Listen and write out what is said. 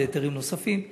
זה היתרים נוספים,